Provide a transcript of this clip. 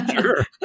Sure